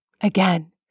Again